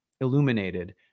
illuminated